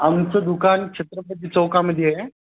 आमचं दुकान छत्रपती चौकामध्ये आहे